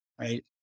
right